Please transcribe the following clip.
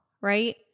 right